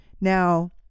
now